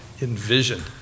envisioned